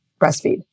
breastfeed